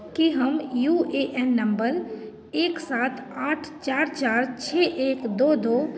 कि हम U N number एक सात आठ चारि चारि छओ एक दुइ दुइ